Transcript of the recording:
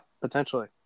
potentially